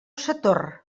sator